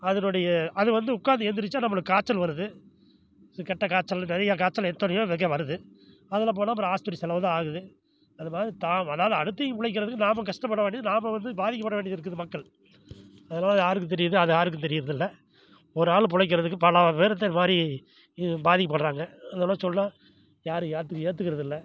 அதனுடைய அது வந்து உட்காந்து எந்திரிச்சால் நம்மளுக்கு காய்ச்சல் வருது இந்த கெட்ட காய்ச்சல் நிறையா காச்சல் எத்தனையோ வகை வருது அதில் போனால் அப்புறம் ஹாஸ்ப்பிட்டல் செலவு தான் ஆகுது அது மாதிரி தாம் அதாவது அடுத்தவன் பிலைக்கிறதுக்கு நாம் கஷ்டப்பட வேண்டியது நாம் வந்து பாதிக்கப்பட வேண்டியது இருக்குது மக்கள் அதெல்லாம் யாருக்கு தெரியுது அது யாருக்கும் தெரியிறதில்லை ஒரு ஆள் பிலைக்கிறதுக்கு பல பேர் இத்த மாதிரி இது பாதிக்கப்படுறாங்க இதெல்லாம் சொன்னால் யாரும் ஏத்துக்க ஏத்துக்கிறதில்ல